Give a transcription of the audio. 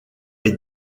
est